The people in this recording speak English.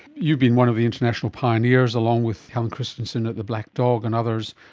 you've been one of the international pioneers, along with helen christensen at the black dog and others,